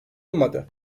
olmadı